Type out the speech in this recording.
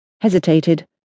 hesitated